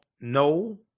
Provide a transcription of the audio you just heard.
no